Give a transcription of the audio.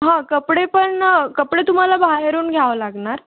हा कपडे पण कपडे तुम्हाला बाहेरून घ्यावं लागणार